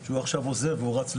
שהוא עכשיו עוזב ורץ לשם.